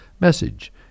message